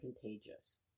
contagious